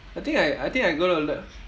I think I I think I gonna l~